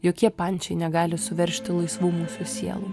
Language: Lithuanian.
jokie pančiai negali suveržti laisvų mūsų sielų